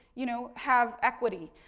you know, have equity,